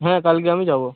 হ্যাঁ কালকে আমি যাবো